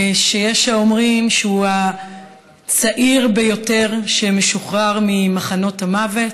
שיש שאומרים שהוא הצעיר ביותר שמשוחרר ממחנות המוות.